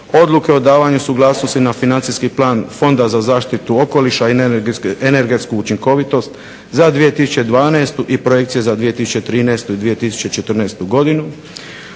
Odluke o davanju suglasnosti na Financijski plan Fonda za zaštitu okoliša i energetsku učinkovitost za 2012. i Projekcije za 2013. i 2014.godinu,